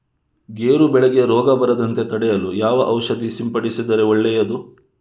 ಗೇರು ಬೆಳೆಗೆ ರೋಗ ಬರದಂತೆ ತಡೆಯಲು ಯಾವ ಔಷಧಿ ಸಿಂಪಡಿಸಿದರೆ ಒಳ್ಳೆಯದು?